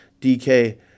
DK